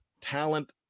talent